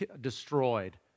destroyed